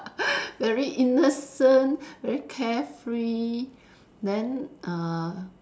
very innocent very carefree then uh